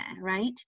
right